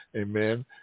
amen